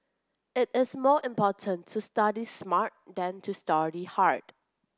it is more important to study smart than to study hard